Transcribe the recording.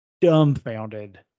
dumbfounded